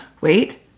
wait